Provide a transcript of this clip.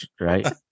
right